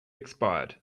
expired